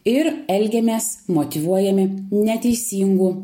ir elgiamės motyvuojami neteisingų